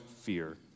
fear